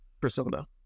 persona